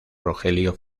rogelio